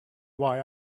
why